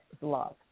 love